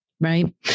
right